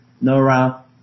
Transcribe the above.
Nora